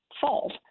fault